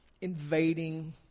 invading